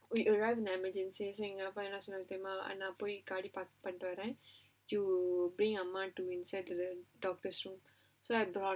we arrive in emergencies நான் போய் காடி:naan poi gaadi park பண்ணிட்டு வரேன்:pannittu varaen we bring our mum inside to the doctor's room so I got